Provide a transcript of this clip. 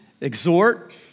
exhort